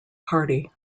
party